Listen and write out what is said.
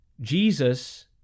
Jesus